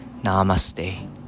Namaste